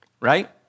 right